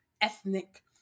ethnic